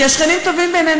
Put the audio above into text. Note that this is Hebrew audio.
כי השכנים טובים בעינינו.